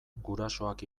gurasoak